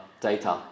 Data